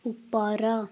ଉପର